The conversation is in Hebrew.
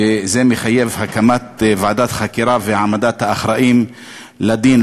שזה מחייב הקמת ועדת חקירה והעמדת האחראים לדין.